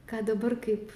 kad dabar kaip